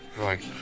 Right